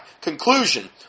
Conclusion